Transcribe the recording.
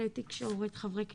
כלי תקשורת, חברי כנסת,